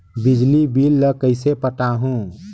बिजली बिल ल कइसे पटाहूं?